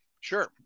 Sure